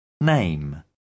name